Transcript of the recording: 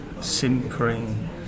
simpering